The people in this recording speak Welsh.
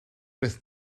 beth